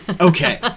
Okay